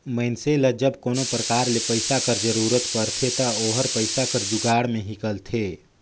मइनसे ल जब कोनो परकार ले पइसा कर जरूरत परथे ता ओहर पइसा कर जुगाड़ में हिंकलथे